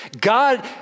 God